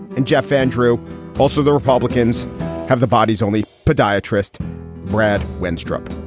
and jeff. andrew, also, the republicans have the bodies, only podiatrist brad wenstrup.